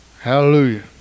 Hallelujah